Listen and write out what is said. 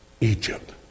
Egypt